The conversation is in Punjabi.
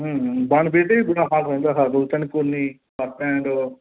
ਬੁਰਾ ਹਾਲ ਹੋ ਜਾਂਦਾ ਆਹ ਦੋ ਤਿੰਨ ਕੋਨੇ ਹੀ ਬੱਸ ਸਟੈਂਡ